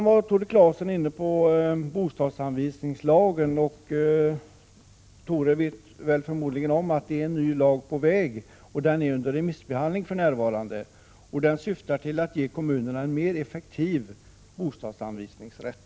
Tore Claeson var inne på bostadsanvisningslagen, och han vet förmodligen om att en ny lag är på väg — förslaget är under remissbehandling för närvarande — som syftar till att ge kommunerna en mer effektiv bostadsanvisningsrätt.